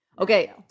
okay